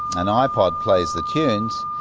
an ipod plays the tunes,